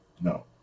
no